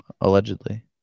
Allegedly